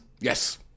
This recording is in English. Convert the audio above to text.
Yes